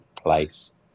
place